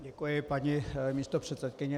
Děkuji, paní místopředsedkyně.